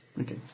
Okay